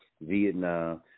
Vietnam